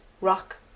rock